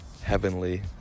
heavenly